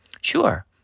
Sure